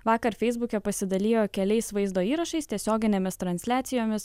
vakar feisbuke pasidalijo keliais vaizdo įrašais tiesioginėmis transliacijomis